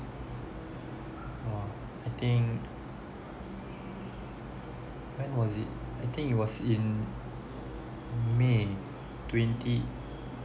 oh I think when was it I think it was in may twenty